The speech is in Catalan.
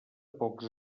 pocs